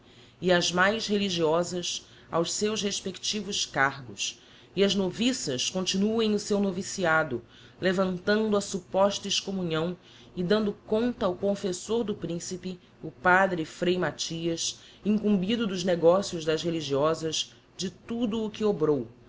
e as mais religiosas aos seus respectivos cargos e as noviças continuem o seu noviciado levantando a supposta excommunhão e dando conta ao confessor do principe o padre frei mathias incumbido dos negocios das religiosas de tudo o